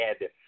head